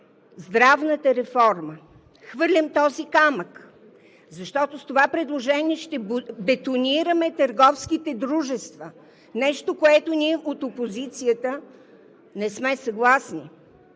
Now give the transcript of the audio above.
здравната реформа. Хвърлям този камък, защото с това предложение ще бетонираме търговските дружества – нещо, с което ние от опозицията не сме съгласни.